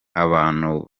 abantu